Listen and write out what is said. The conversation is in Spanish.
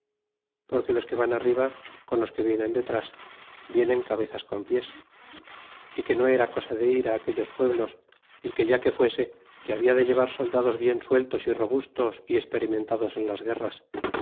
porque los que van arriba con los que vienen detras vienen cabezas con pies y que no era cosa de ir aquellos pueblos y que ya que fuese que habia de llevar soldados bien sueltos y robustos y experimentados en las guerras